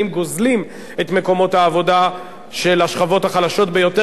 גוזלים את מקומות העבודה של השכבות החלשות ביותר,